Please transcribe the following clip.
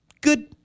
good